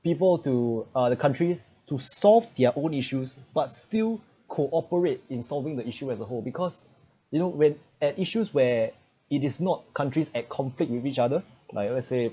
people to uh the countries to solve their own issues but still cooperate in solving the issue as a whole because you know when at issues where it is not countries at conflict with each other like let's say